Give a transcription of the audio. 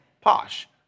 posh